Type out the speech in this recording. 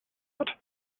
hat